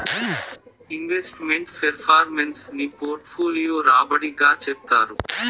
invest meant performance ని portfolio రాబడి గా చెప్తారు